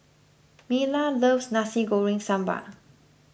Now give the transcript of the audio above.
Myla loves Nasi Goreng Sambal